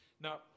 Now